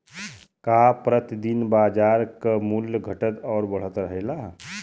का प्रति दिन बाजार क मूल्य घटत और बढ़त रहेला?